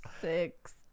six